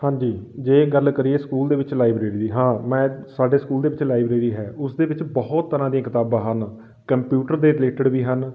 ਹਾਂਜੀ ਜੇ ਗੱਲ ਕਰੀਏ ਸਕੂਲ ਦੇ ਵਿੱਚ ਲਾਈਬ੍ਰੇਰੀ ਦੀ ਹਾਂ ਮੈਂ ਸਾਡੇ ਸਕੂਲ ਦੇ ਵਿੱਚ ਲਾਈਬ੍ਰੇਰੀ ਹੈ ਉਸ ਦੇ ਵਿੱਚ ਬਹੁਤ ਤਰ੍ਹਾਂ ਦੀਆਂ ਕਿਤਾਬਾਂ ਹਨ ਕੰਪਿਊਟਰ ਦੇ ਰਿਲੇਟਡ ਵੀ ਹਨ